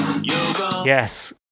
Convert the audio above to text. yes